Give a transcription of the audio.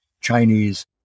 Chinese